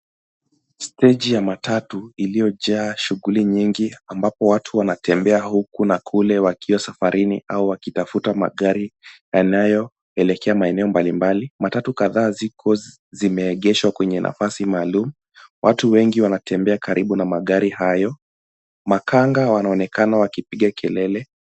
Steji ya matatu iliyojaa shughuli nyingi ambapo watu wanatembea huku na kule wakiwa safarini au wakitafuta magari yanayoelekea maeneo mbalimbali. Matatu kadhaa ziko zimeegeshwa kwenye nafasi maalum. Watu wengi wanatembea karibu na magari hayo. Makanga wanaonekana wakipiga kelele.